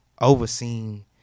overseen